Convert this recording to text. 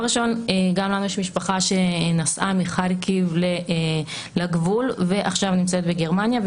גם לנו יש משפחה שנסעה מחרקוב לגבול ועכשיו נמצאת בגרמניה.